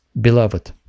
beloved